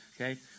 Okay